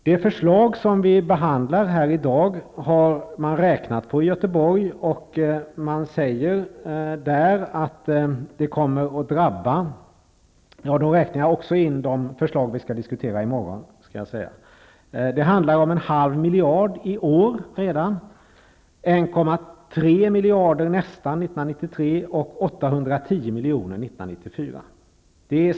Det förslag som vi behandlar här i dag har man i Göteborg räknat på. Jag avser då också de förslag som vi skall diskutera i morgon. Det handlar om att vi i Göteborg förlorar en halv miljard redan i år, nästan 1,3 miljarder 1993 och 810 miljoner 1994.